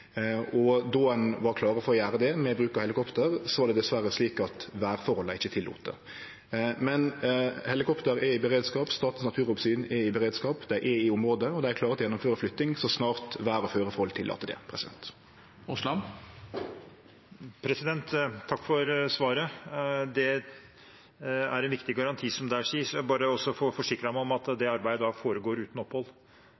Då ein var klar for å gjere det, med bruk av helikopter, var det dessverre slik at vêrforholda ikkje tillét det. Men helikopter er i beredskap. Statens naturoppsyn er i beredskap. Dei er i området, og dei er klare til å gjennomføre flytting så snart vêr- og føreforholda tillèt det. Takk for svaret. Det er en viktig garanti som der gis. Jeg vil også få forsikret meg om at